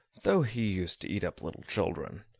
though he used to eat up little children.